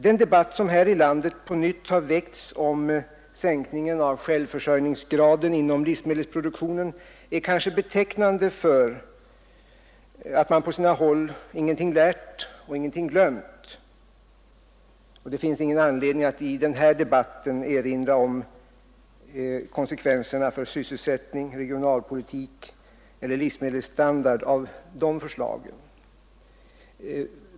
Den debatt som här i landet på nytt har väckts om sänkningen av självförsörjningsgraden inom livsmedelsproduktionen är kanske betecknande för att man på sina håll ingenting lärt och ingenting glömt. Det finns ingen anledning att i denna debatt erinra om konsekvenserna för sysselsättning, regionalpolitik eller livsmedelsstandard av dessa förslag.